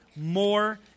more